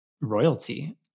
royalty